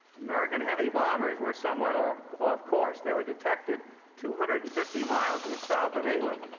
american heavy bombers were somewhat off off course. they were detected two hundred and fifty miles to the south of england.